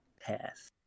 Pass